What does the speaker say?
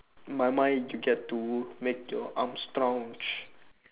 my mind you get to make your arms strong